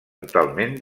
totalment